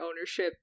ownership